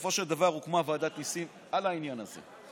בסופו של דבר הוקמה ועדת ניסים בעניין הזה.